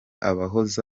abahoze